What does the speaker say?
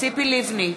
ציפי לבני,